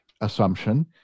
assumption